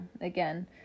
again